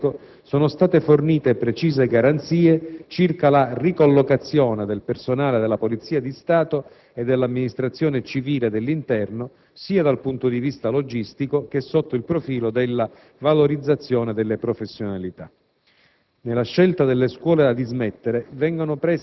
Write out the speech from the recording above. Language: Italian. alle quali, in un clima di proficuo confronto dialettico, sono state fornite precise garanzie circa la ricollocazione del personale della Polizia di Stato e dell'Amministrazione civile dell'interno, sia dal punto di vista logistico che sotto il profilo della valorizzazione delle professionalità.